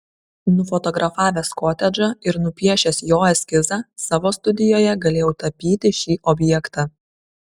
nufotografavęs kotedžą ir nupiešęs jo eskizą savo studijoje galėjau tapyti šį objektą